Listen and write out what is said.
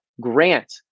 Grant